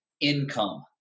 income